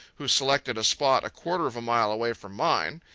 who selected a spot a quarter of a mile away from mine.